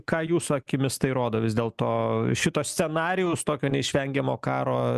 ką jūsų akimis tai rodo vis dėlto šito scenarijaus tokio neišvengiamo karo